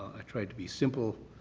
i tried to be simple,